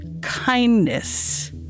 Kindness